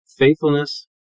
Faithfulness